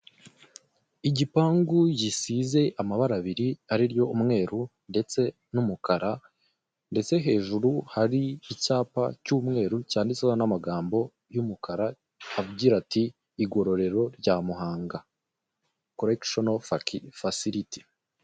Igipangu gisize amabara abiri ariryo umweru n'umukara ndetse hejuru hari icyapa cy'umukara cyanditseho amagambo agira ati igororero rya muganga koregishiono fasiliti.